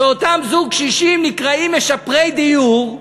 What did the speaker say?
שאותו זוג קשישים נקרא "משפרי דיור"